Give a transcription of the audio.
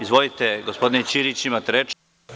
Izvolite, gospodine Ćirić, imate reč.